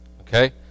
okay